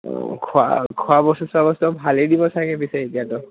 অঁ খোৱা খোৱা বস্তু চোৱা বস্তু ভালেই দিব চাগে পিছে এতিয়াতো